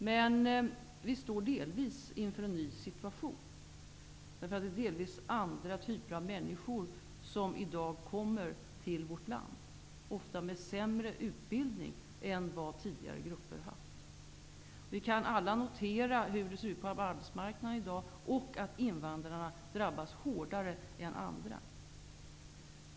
Men vi står delvis inför en ny situation, därför att det är delvis andra typer av människor som i dag kommer till vårt land, ofta med sämre utbildning än vad tidigare grupper har haft. Vi kan alla notera hur det ser ut på arbetsmarknaden i dag och att invandrarna drabbas hårdare än andra.